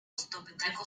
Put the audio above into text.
zdobytego